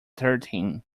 thirteen